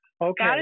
Okay